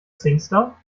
singstar